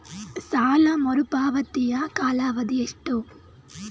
ಸಾಲ ಮರುಪಾವತಿಯ ಕಾಲಾವಧಿ ಎಷ್ಟು?